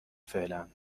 فعلا